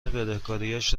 بدهکاریش